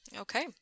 Okay